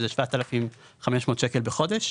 שהם 7,500 ₪ בחודש.